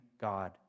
God